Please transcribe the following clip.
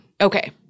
Okay